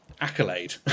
accolade